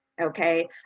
okay